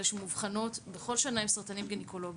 שמאובחנות בכל שנה עם סרטנים גניקולוגיים.